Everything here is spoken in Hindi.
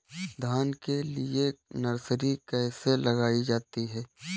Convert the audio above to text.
धान के लिए नर्सरी कैसे लगाई जाती है?